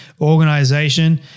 organization